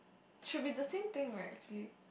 should be the same thing right see